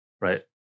Right